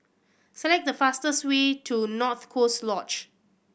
select the fastest way to North Coast Lodge